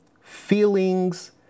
feelings